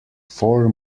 four